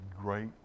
great